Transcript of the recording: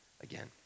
again